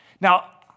Now